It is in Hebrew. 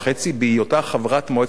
בהיותה חברת מועצת הביטחון,